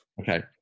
Okay